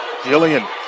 Jillian